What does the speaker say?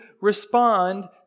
respond